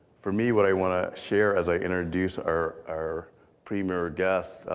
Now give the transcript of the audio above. for me, what i wanna share as i introduce our our premier guest,